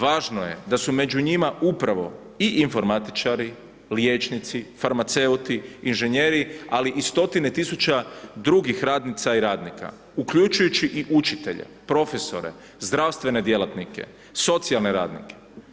Važno je da su među njima upravo i informatičari, liječnici, farmaceuti, inženjeri ali i 100-tine tisuća drugih radnica i radnika, uključujući i učitelje, profesore, zdravstvene djelatnike, socijalne radnike.